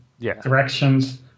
directions